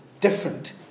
different